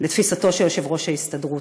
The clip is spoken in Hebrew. לתפיסתו של יושב-ראש ההסתדרות,